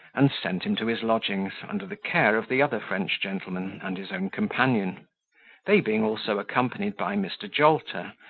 and sent him to his lodgings, under the care of the other french gentleman and his own companion they being also accompanied by mr. jolter,